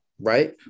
Right